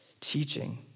teaching